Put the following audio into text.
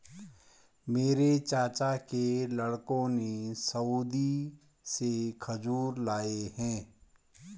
मेरे चाचा के लड़कों ने सऊदी से खजूर लाए हैं